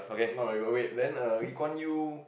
no very good wait then err Lee Kuan Yew